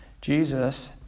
Jesus